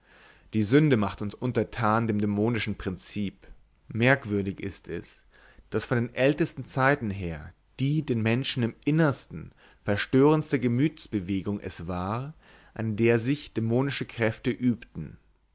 die sünde macht uns untertan dem dämonischen prinzip merkwürdig ist es daß von den ältesten zeiten her die den menschen im innersten verstörendste gemütsbewegung es war an der sich dämonische kräfte übten